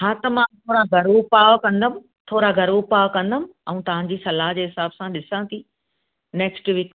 हा त मां थोड़ा घरु उपाव कंदमि थोरा घरु उपाव कंदमि अऊं तहांजी सलाह जे हिसाब सां ॾिसां ती नैक्स्ट वीक